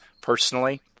Personally